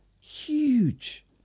Huge